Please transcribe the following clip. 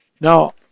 Now